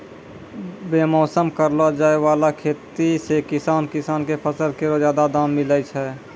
बेमौसम करलो जाय वाला खेती सें किसान किसान क फसल केरो जादा दाम मिलै छै